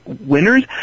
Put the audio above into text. winners